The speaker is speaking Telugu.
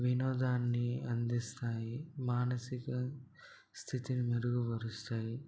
వినోదాన్ని అందిస్తాయి మానసిక స్థితిని మెరుగుపరుస్తాయి